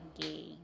gay